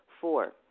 Four